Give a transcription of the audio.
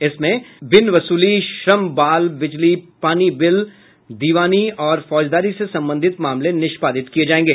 इसमें बिन वसूली बाल श्रम बिजली पानी बिल दिवानी और फौजदारी से संबंधित मामले निष्पादित किये जायेंगे